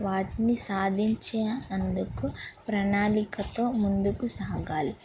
వాటిని సాధించే అందుకు ప్రణాళికతో ముందుకు సాగాలి